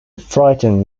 frightened